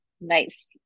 Nice